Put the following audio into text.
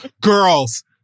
girls